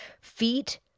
Feet